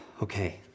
Okay